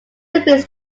appears